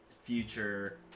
future